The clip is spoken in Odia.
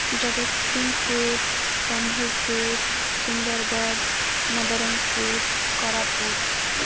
ଜଗତସିଂହପୁର ସମ୍ବଲପୁର ସୁନ୍ଦରଗଡ଼ ନବରଙ୍ଗପୁର କୋରାପୁଟ